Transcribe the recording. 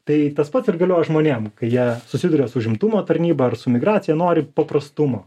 tai tas pats ir galioja žmonėm kai jie susiduria su užimtumo tarnyba ar su migracija nori paprastumo